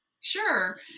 Sure